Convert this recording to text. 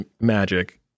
magic